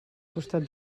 costat